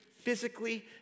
physically